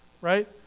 right